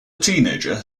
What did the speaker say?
teenager